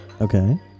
Okay